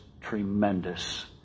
tremendous